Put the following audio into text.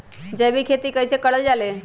जैविक खेती कई से करल जाले?